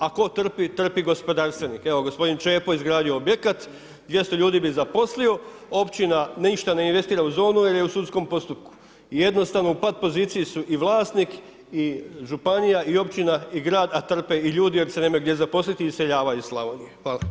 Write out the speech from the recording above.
A tko trpi? trpi gospodarstvenik, evo gospodin Čepo izgradio objekat, 200 ljudi bi zaposlio, općina ništa ne investira u zonu jer je u sudskom postupku i jednostavno u pat poziciji su i vlasnik i županija i općina i grad, a trpe i ljudi jer se nemaju gdje zaposlit i iseljavaju iz Slavonije.